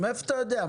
מאיפה אתה יודע?